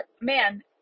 man